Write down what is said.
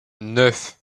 neuf